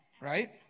right